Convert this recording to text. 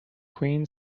queen